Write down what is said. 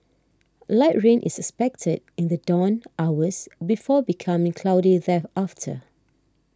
light rain is expected in the dawn hours before becoming cloudy thereafter